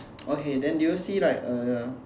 okay then do you see like uh